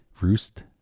Roost